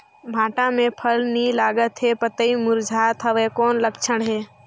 भांटा मे फल नी लागत हे पतई मुरझात हवय कौन लक्षण हे?